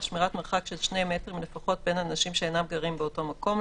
לשמירת מרחק של 2 מטרים לפחות בין אנשים שאינם גרים באותו מקום,